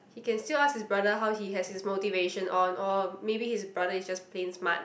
he can still ask his brother how he has his motivation on or maybe his brother is just plain smart